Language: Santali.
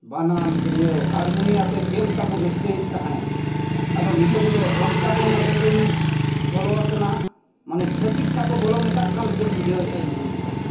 ᱵᱟᱱᱟᱢ ᱛᱤᱨᱭᱳ ᱦᱟᱨᱢᱚᱱᱤᱭᱟᱛᱮ ᱪᱮᱫ ᱞᱮᱠᱟ ᱵᱚᱱ ᱨᱟᱹᱥᱠᱟᱹᱭᱮᱫ ᱛᱟᱦᱮᱸᱫ ᱟᱫᱚ ᱱᱤᱛᱳᱜ ᱫᱚ ᱚᱱᱠᱟ ᱵᱚᱱ ᱟᱵᱚ ᱵᱚᱱ ᱵᱚᱞᱚ ᱟᱠᱟᱱᱟ ᱢᱟᱱᱮ ᱪᱷᱟᱹᱛᱤᱠ ᱥᱟᱶᱵᱚ ᱵᱚᱞᱚ ᱢᱮᱥᱟᱜ ᱠᱟᱱ ᱞᱮᱠᱟᱧ ᱵᱩᱡᱷᱟᱹᱣᱮᱫᱼᱟ ᱤᱧ ᱦᱚᱸ ᱱᱤᱛᱳᱜ ᱢᱟ